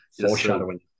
foreshadowing